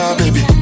baby